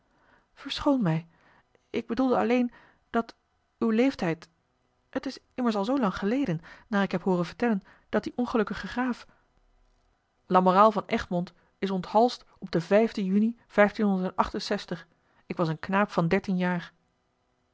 verschoon mij ik bedoelde alleen dat uw leeftijd het is immers al zoo lang geleden naar ik heb hooren vertellen dat die ongelukkige graaf lamoraal van egmond is onthalsd op den vijfden uni ik was een knaap van dertien jaar